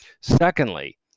Secondly